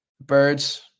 Birds